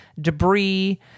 debris